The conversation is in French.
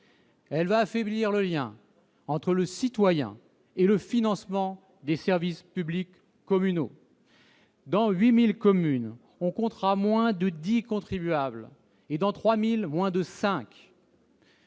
elle affaiblira le lien entre le citoyen et le financement des services publics communaux. Dans 8 000 communes, on comptera moins de dix contribuables et, dans 3 000, moins de